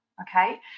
okay